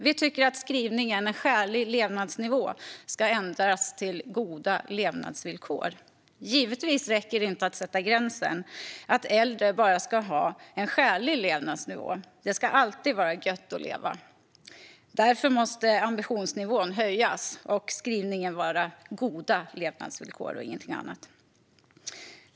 Vi tycker att skrivningen "en skälig levnadsnivå" ska ändras till "goda levnadsvillkor". Givetvis räcker det inte att sätta gränsen vid att äldre bara ska ha en skälig levnadsnivå. Det ska alltid vara gött att leva. Därför måste ambitionsnivån höjas och skrivningen vara "goda levnadsvillkor" och ingenting annat.